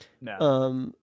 No